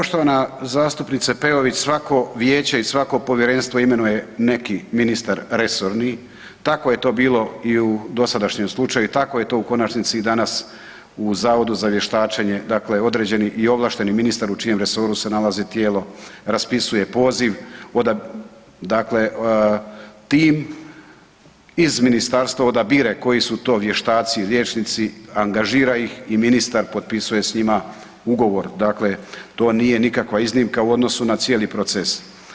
Poštovana zastupnice Peović, svako vijeće i svako povjerenstvo imenuje neki ministar resorni, tako je to bilo i u dosadašnjem slučaju, i tako je to u konačnici i danas u Zavodu za vještačenje, dakle određeni ovlašteni ministar u čijem resoru se nalazi tijelo, raspisuje poziv, dakle tim iz ministarstva odabire koji su to vještaci i liječnici, angažira ih i ministar, potpisuje s njima ugovor, dakle to nije nikakva iznimka u odnosu na cijeli proces.